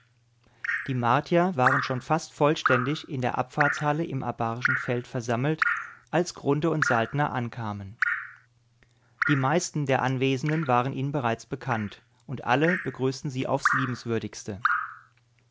die martier waren schon fast vollständig in der abfahrtshalle am abarischen feld versammelt als grunthe und saltner ankamen die meisten der anwesenden waren ihnen bereits bekannt und alle begrüßten sie aufs liebenswürdigste